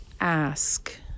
ask